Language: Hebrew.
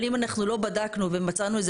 אבל אם אנחנו לא בדקנו ומצאנו את זה